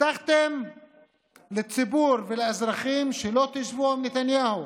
הבטחתם לציבור ולאזרחים שלא תשבו עם נתניהו,